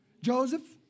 Joseph